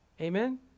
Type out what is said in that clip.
Amen